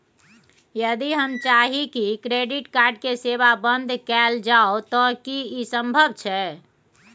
यदि हम चाही की क्रेडिट कार्ड के सेवा बंद कैल जाऊ त की इ संभव छै?